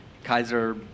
Kaiser